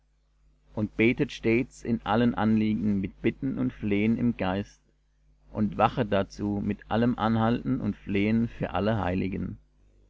und betet stets in allem anliegen mit bitten und flehen im geist und wachet dazu mit allem anhalten und flehen für alle heiligen